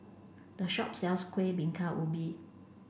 the shop sells kueh bingka ubi